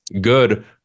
good